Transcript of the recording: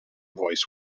voice